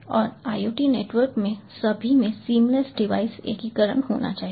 और IoT network में सभी में सीमलेस डिवाइस एकीकरण होना चाहिए